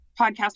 podcast